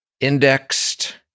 indexed